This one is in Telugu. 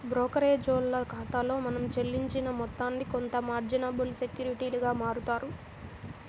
బోకరేజోల్ల ఖాతాలో మనం చెల్లించిన మొత్తాన్ని కొంత మార్జినబుల్ సెక్యూరిటీలుగా మారుత్తారు